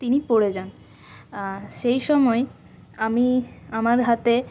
তিনি পড়ে যান সেই সময়ে আমি আমার হাতে